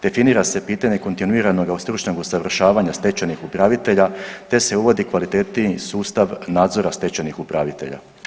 Definira se pitanje kontinuiranoga stručnog usavršavanja stečajnih upravitelja te se uvodi kvalitetniji sustav nadzora stečajnih upravitelja.